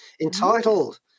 entitled